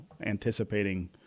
anticipating